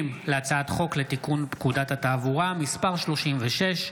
להצעת חוק לתיקון פקודת התעבורה (מס' 36),